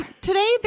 today